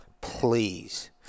please